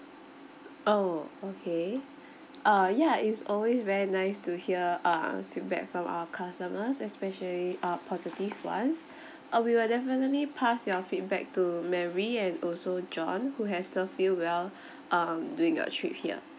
oh okay uh ya it's always very nice to hear uh feedback from our customers especially uh positive ones uh we will definitely pass your feedback to mary and also john who has served you well um during your trip here